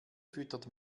füttert